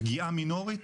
פגיעה מינורית?